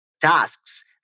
tasks